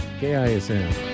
KISM